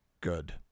good